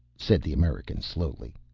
said the american slowly.